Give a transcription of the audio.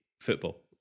football